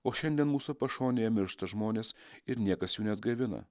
o šiandien mūsų pašonėje miršta žmonės ir niekas jų neatgaivina